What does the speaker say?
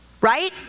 Right